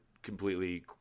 completely